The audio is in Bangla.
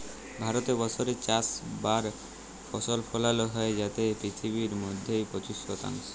ভারতে বসরে চার বার ফসল ফলালো হ্যয় যাতে পিথিবীর মইধ্যে পঁচিশ শতাংশ